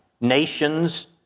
nations